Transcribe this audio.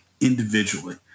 individually